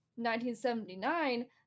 1979